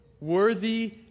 Worthy